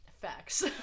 Facts